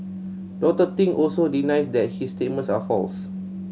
Doctor Ting also denies that his statements are false